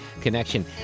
connection